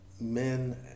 men